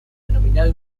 denominado